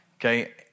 okay